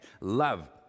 love